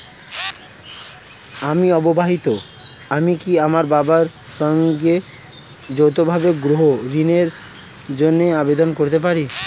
আমি অবিবাহিতা আমি কি আমার বাবার সঙ্গে যৌথভাবে গৃহ ঋণের জন্য আবেদন করতে পারি?